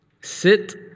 sit